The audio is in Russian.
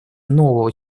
нового